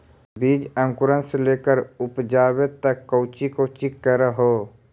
बीज अंकुरण से लेकर उपजाबे तक कौची कौची कर हो?